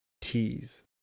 teas